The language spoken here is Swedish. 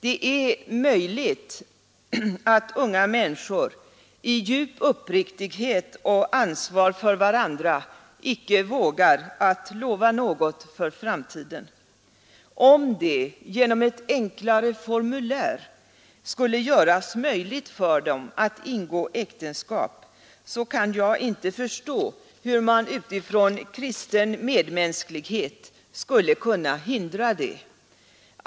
Det är möjligt att unga människor i djup uppriktighet och ansvar för varandra icke vågar lova något för framtiden. Om det genom ett enklare formulär skulle göras möjligt för dem att ingå äktenskap, så kan jag inte förstå hur man utifrån kristen medmänsklighet skulle kunna hindra det.